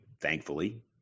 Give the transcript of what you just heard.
thankfully